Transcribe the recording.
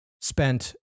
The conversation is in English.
spent